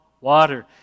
water